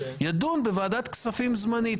ידון בוועדת כספים זמנית.